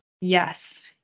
Yes